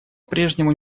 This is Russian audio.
прежнему